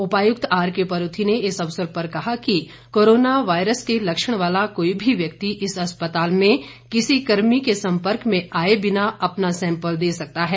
उपायुक्त आरके परूथी ने इस अवसर पर कहा कि कोरोना वायरस के लक्षण वाला कोई भी व्यक्ति इस अस्पताल में किसी कर्मी के सम्पर्क में आए बिना अपना सैंपल दे सकता है